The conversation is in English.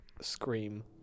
Scream